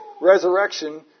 resurrection